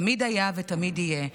תמיד היה ותמיד יהיה,